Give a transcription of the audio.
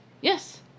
Yes